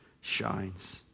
shines